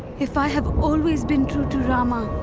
if i have always been true to rama,